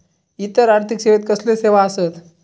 इतर आर्थिक सेवेत कसले सेवा आसत?